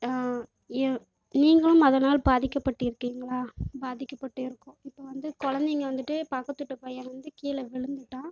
நீங் நீங்களும் அதனால் பாதிக்கப்பட்டு இருக்கீங்களா பாதிக்கப்பட்டு இருக்கோம் இப்போ வந்து குழந்தைங்க வந்துட்டு பக்கத்து வீட்டு பையன் வந்து கீழே விழுந்துட்டான்